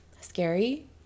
scary